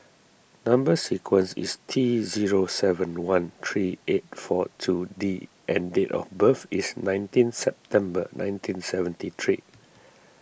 Number Sequence is T zero seven one three eight four two D and date of birth is nineteen September nineteen seventy three